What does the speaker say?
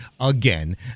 again